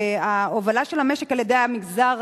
ההובלה של המשק על-ידי המגזר